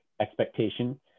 expectation